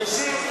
ראשית,